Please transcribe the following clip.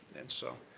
and, so,